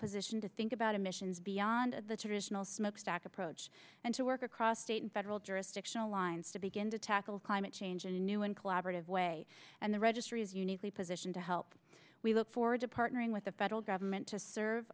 positioned to think about emissions beyond the traditional smokestack approach and to work across state and federal jurisdictional lines to begin to tackle climate change in a new and collaborative way and the registry is uniquely positioned to help we look forward to partnering with the federal government to serve